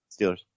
Steelers